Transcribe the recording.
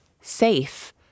Safe